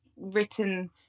written